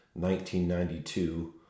1992